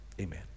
amen